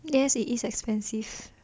yes it is expensive